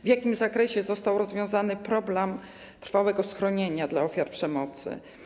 W jakim zakresie został rozwiązany problem trwałego schronienia dla ofiar przemocy?